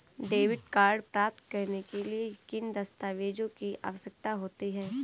Debit card प्राप्त करने के लिए किन दस्तावेज़ों की आवश्यकता होती है?